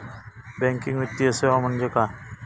Banking वित्तीय सेवा म्हणजे काय?